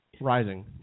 Rising